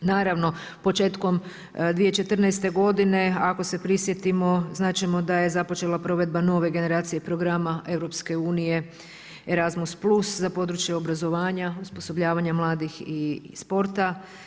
Naravno početkom 2014. godine ako se prisjetimo znat ćemo da je započela provedba nove generacije programa EU ERASMUS+ za područje obrazovanja, osposobljavanja mladih i sporta.